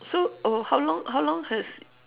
so oh how long how long has